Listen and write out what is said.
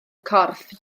corff